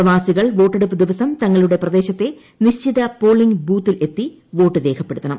പ്രവാസികൾ വോട്ടെടുപ്പ് ദിവസം തങ്ങളുടെ പ്രദേശത്തെ നിശ്ചിത പോളിംഗ് ബൂത്തിൽ എത്തി വോട്ട് രേഖപ്പെടുത്തണം